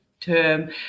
term